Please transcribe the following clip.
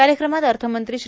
कायक्रमात अथमंत्री श्री